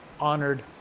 honored